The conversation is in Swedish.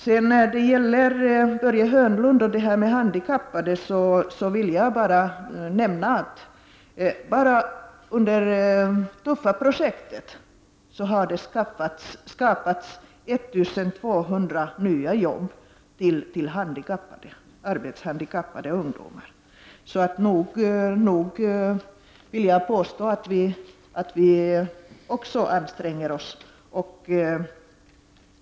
Med anledning av det som Börje Hörnlund sade om de handikappade vill jag nämna att man med TUFFA-projektet skapat 1 200 nya jobb för arbetshandikappade ungdomar. Så nog vill jag påstå att vi också anstränger oss.